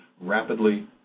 rapidly